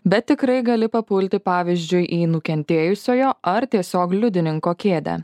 bet tikrai gali papulti pavyzdžiui į nukentėjusiojo ar tiesiog liudininko kėdę